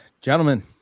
gentlemen